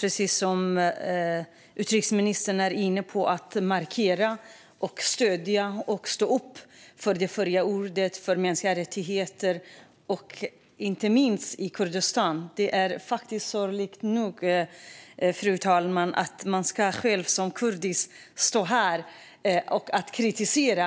precis som utrikesministern är inne på, att det är viktigt att markera och att stödja och stå upp för det fria ordet och för mänskliga rättigheter, inte minst i Kurdistan. Det är sorgligt, fru talman, att jag själv som kurdisk ska stå här och kritisera.